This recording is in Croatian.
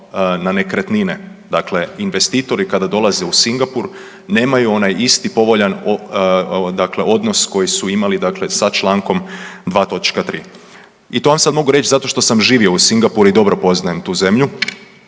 na nekretnine, dakle investitori kada dolaze u Singapur nemaju onaj isti povoljan dakle odnos koji su imali dakle sa Člankom 2. točka 3. I to vam sad mogu reći zato što sam živio u Singapuru i dobro poznajem tu zemlju,